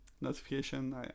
notification